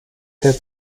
der